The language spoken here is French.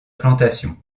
plantation